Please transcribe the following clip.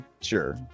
Sure